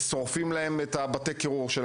שורפים להם את בתי הקירור,